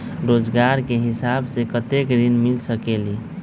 रोजगार के हिसाब से कतेक ऋण मिल सकेलि?